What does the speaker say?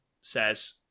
says